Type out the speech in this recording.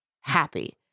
happy